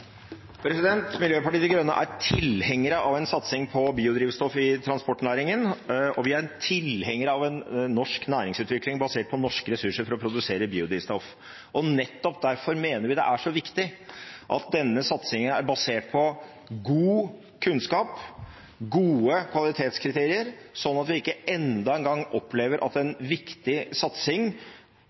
President – det er en svært god idé! Da har representanten Heikki Eidsvoll Holmås tatt opp det forslaget han refererte til. Miljøpartiet De Grønne er tilhenger av en satsing på biodrivstoff i transportnæringen, og vi er tilhengere av en norsk næringsutvikling basert på norske ressurser for å produsere biodrivstoff. Nettopp derfor mener vi det er så viktig at denne satsingen er basert på god kunnskap og gode kvalitetskriterier, sånn at